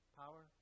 power